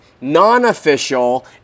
non-official